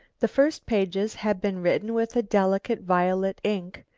the first pages had been written with a delicate violet ink,